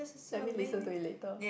let me listen to it later